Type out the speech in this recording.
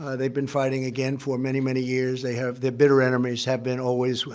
they've been fighting, again, for many, many years. they have they're bitter enemies have been always.